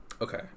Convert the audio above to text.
Okay